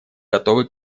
готовы